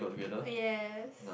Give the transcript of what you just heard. yes